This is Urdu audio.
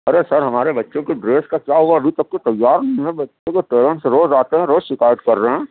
ارے سر ہمارے بچوں كی ڈریس كا كیا ہُوا ابھی تک تیار نہیں ہُوا بچوں كے پیرینٹس روز آتے ہیں روز شکایت کر رہے ہیں